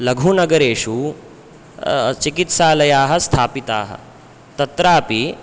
लघुनगरेषु चिकित्सालयाः स्थापिताः तत्रापि